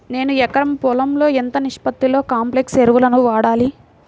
నేను ఎకరం పొలంలో ఎంత నిష్పత్తిలో కాంప్లెక్స్ ఎరువులను వాడాలి?